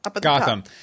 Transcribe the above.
Gotham